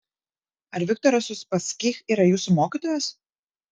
ar viktoras uspaskich yra jūsų mokytojas